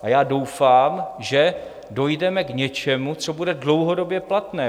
A já doufám, že dojdeme k něčemu, co bude dlouhodobě platné...